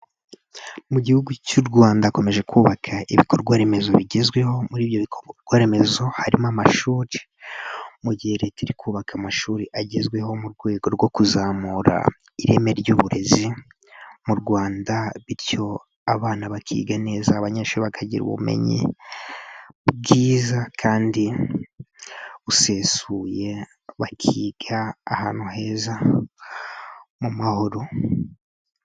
Mu gihugu cy'u Rwanda hakomeje kubaka ibikorwa remezo bigezweho muri ibyo bikorwaremezo harimo amashuri mu gihe Leta iri kubaka amashuri agezweho mu rwego rwo kuzamura ireme ry'uburezi mu Rwanda bityo abana bakiga neza abanyeshuri bakagira ubumenyi bwiza kandi busesuye bakiga ahantu heza mu mahoro.